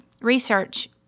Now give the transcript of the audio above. research